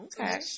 Okay